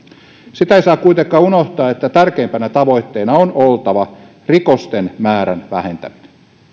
sitä ei saa kuitenkaan unohtaa että tärkeimpänä tavoitteena on oltava rikosten määrän vähentäminen